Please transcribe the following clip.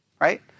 right